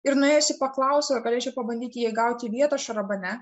ir nuėjusi paklausiau ar galėčiau pabandyti jai gauti vietą šarabane